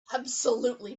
absolutely